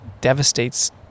devastates